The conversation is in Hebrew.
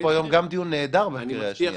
יש פה היום גם דיון נהדר לקריאה שנייה.